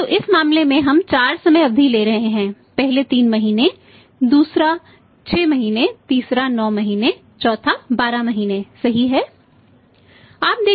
तो इस मामले में हम 4 समय अवधि ले रहे हैं पहले 3 महीने दूसरा 6 महीने तीसरा 9 महीने चौथा 12 महीने सही है